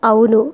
అవును